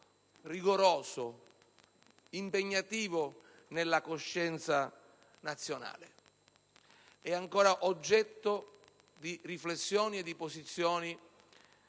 rigoroso ed impegnativo nella coscienza nazionale, ed è ancora oggetto di riflessioni e di posizioni